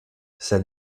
sed